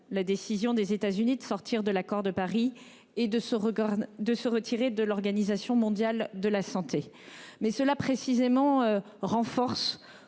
la décision des États Unis de sortir de l’accord de Paris et de se retirer de l’Organisation mondiale de la santé. Je tiens à vous